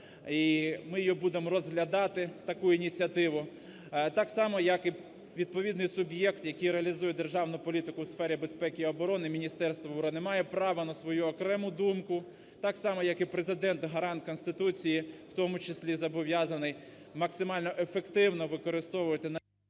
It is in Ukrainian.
її будемо розглядати таку ініціативу. Так само, як і відповідний суб'єкт, який реалізує державну політику у сфері безпеки і оборони – Міністерство оборони – не має права на свою окрему думку. Так само, як і Президент, гарант Конституції, в тому числі зобов'язаний максимально ефективно використовувати…